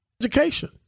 Education